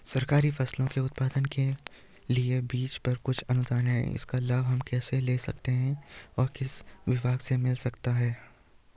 सरकारी फसलों के उत्पादन के लिए बीज पर कुछ अनुदान है इसका लाभ हम कैसे ले सकते हैं और किस विभाग से मिल सकता है?